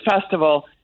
festival